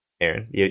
Aaron